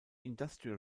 industrial